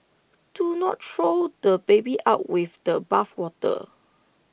do not throw the baby out with the bathwater